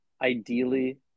ideally